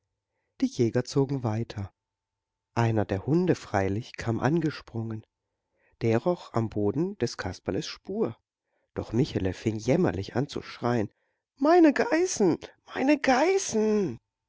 die jäger zogen weiter einer der hunde freilich kam angesprungen der roch am boden des kasperles spur doch michele fing jämmerlich an zu schreien meine geißen meine geißen